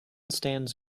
stands